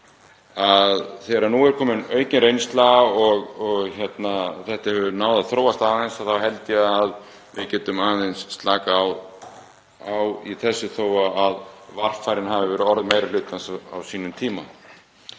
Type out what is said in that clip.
að þegar nú er komin aukin reynsla og þetta hefur náð að þróast aðeins þá held ég að við getum aðeins slakað á í þessu, þó að varfærni hafi verið orð meiri hlutans á sínum tíma.